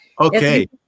Okay